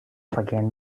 again